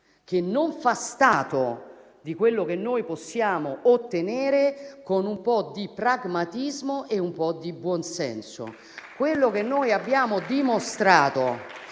che non fa stato di quello che noi possiamo ottenere con un po' di pragmatismo e un po' di buon senso. Quello che noi abbiamo dimostrato